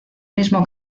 mismo